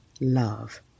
love